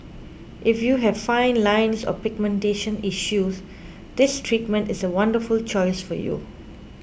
if you have fine lines or pigmentation issues this treatment is a wonderful choice for you